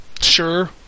Sure